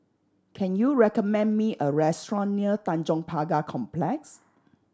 can you recommend me a restaurant near Tanjong Pagar Complex